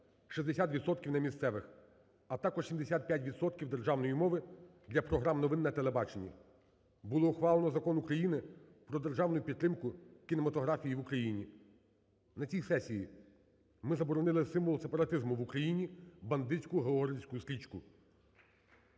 – на місцевих, а також 75 відсотків державної мови – для програм новин на телебаченні. Було ухвалено Закон України "Про державну підтримку кінематографії в Україні. На цій сесії ми заборонили символ сепаратизму в Україні – бандитську георгіївську стрічку.